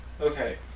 Okay